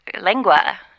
lingua